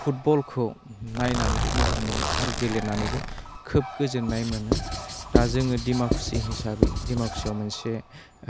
फुटबलखौ नायनानैबो मोजां मोनो आरो गेलेनानैबो खोब गोजोन्नाय मोनो दा जोङो दिमाकुसि हिसाबै दिमाकुसियाव मोनसे